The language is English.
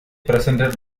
presented